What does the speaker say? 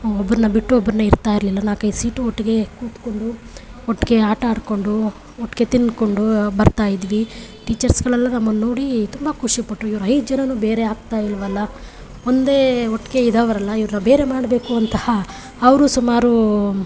ಒಬರನ್ನ ಬಿಟ್ಟು ಒಬ್ಬರನ್ನ ಇರ್ತಾ ಇರಲಿಲ್ಲ ನಾಲ್ಕೈದು ಸೀಟು ಒಟ್ಟಿಗೆ ಕೂತ್ಕೊಂಡು ಒಟ್ಟಿಗೆ ಆಟ ಆಡಿಕೊಂಡು ಒಟ್ಟಿಗೆ ತಿಂದ್ಕೊಂಡು ಬರ್ತಾಯಿದ್ವಿ ಟೀಚರ್ಸ್ಗಳೆಲ್ಲ ನಮ್ಮನ್ನ ನೋಡಿ ತುಂಬ ಖುಷಿ ಪಟ್ಟರು ಇವರು ಐದು ಜನರೂ ಬೇರೆ ಆಗ್ತಾಯಿಲ್ವಲ್ಲ ಒಂದೇ ಒಟ್ಟಿಗೆ ಇದ್ದವರಲ್ಲಾ ಇವ್ರನ್ನ ಬೇರೆ ಮಾಡಬೇಕು ಅಂತಹ ಅವರು ಸುಮಾರು